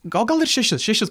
gal gal ir šešis šešis